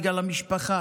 בגלל המשפחה,